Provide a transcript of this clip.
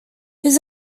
his